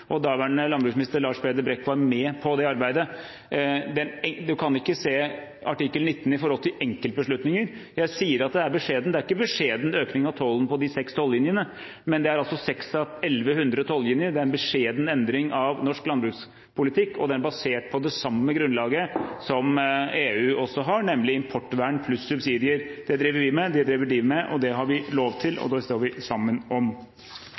Daværende landbruksminister Lars Peder Brekk var med på det arbeidet. Man kan ikke se artikkel 19 i forhold til enkeltbeslutninger. Jeg sier at det er beskjedent. Det er ikke beskjeden økning av tollen på de seks tollinjene, men det er seks av 1 100 tollinjer. Det er en beskjeden endring av norsk landbrukspolitikk, og det er basert på det samme grunnlaget som EU også har, nemlig importvern pluss subsidier. Det driver vi med, det driver de med. Det har vi lov til, og det står vi sammen om.